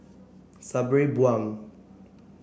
Sabri Buang